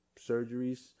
surgeries